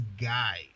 guy